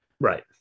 Right